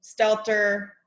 Stelter